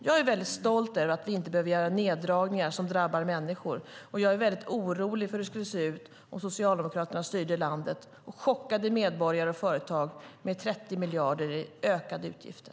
Jag är stolt över att vi inte behöver göra neddragningar som drabbar människor, och jag är orolig för hur det skulle se ut om Socialdemokraterna styrde landet och chockade medborgare och företag med 30 miljarder i ökade utgifter.